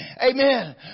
Amen